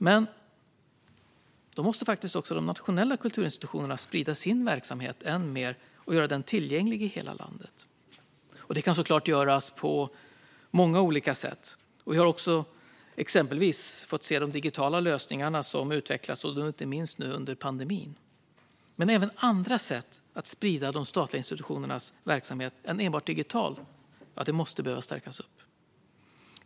Men då måste också de nationella kulturinstitutionerna sprida sin verksamhet än mer och göra den tillgänglig i hela landet. Detta kan såklart göras på många olika sätt. Vi har också fått se exempelvis digitala lösningar utvecklas, inte minst nu under pandemin. Men även andra sätt att sprida de statliga institutionernas verksamhet än enbart digitala behöver stärkas.